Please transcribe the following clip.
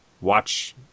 watch